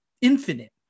infinite